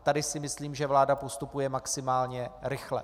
Tady si myslím, že vláda postupuje maximálně rychle.